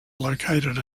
located